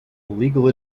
legal